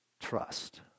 Trust